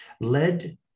led